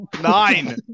nine